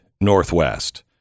Northwest